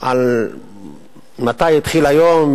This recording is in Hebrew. על מתי התחיל היום,